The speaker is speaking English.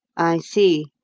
i see,